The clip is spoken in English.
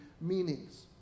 meanings